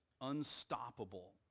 unstoppable